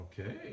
okay